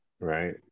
right